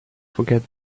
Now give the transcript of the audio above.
forget